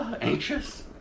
anxious